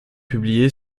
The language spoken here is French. publiée